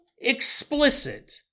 explicit